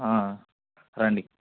రండి